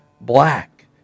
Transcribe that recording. black